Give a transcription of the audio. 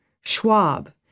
Schwab